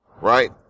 Right